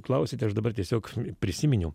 klausiate aš dabar tiesiog prisiminiau